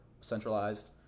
centralized